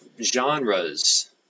genres